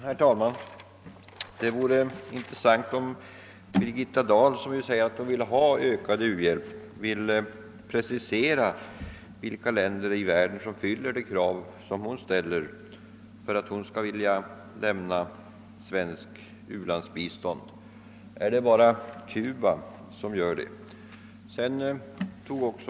Herr talman! Det vore interssant om Birgitta Dahl, som säger att hon vill ha ökad u-hjälp, ville precisera vilka länder i världen som fyller de krav hon ställer på ett land som skall få svenskt u-landsbistånd. är det bara Cuba som gör det?